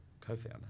co-founder